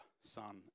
Son